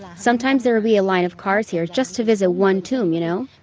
sometimes there would be a line of cars here, just to visit one tomb, you know?